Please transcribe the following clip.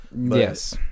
yes